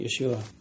Yeshua